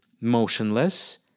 motionless